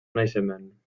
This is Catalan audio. naixement